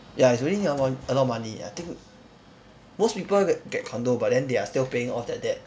ya it's really need a lot a lot of money I think most people get get condo but then they are still paying off their debt